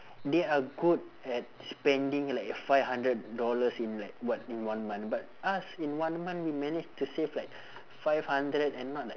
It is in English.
they are good at spending like five hundred dollars in like what in one month but us in one month we manage to save like five hundred and not like